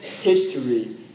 history